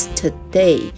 today